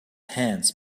hands